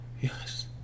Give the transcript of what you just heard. Yes